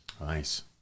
nice